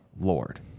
Lord